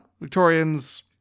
Victorians